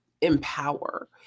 empower